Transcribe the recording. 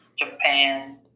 Japan